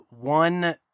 one